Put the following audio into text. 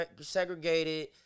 segregated